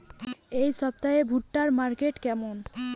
এই সপ্তাহে ভুট্টার মার্কেট কেমন?